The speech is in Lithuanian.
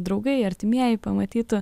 draugai artimieji pamatytų